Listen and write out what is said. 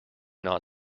not